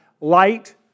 light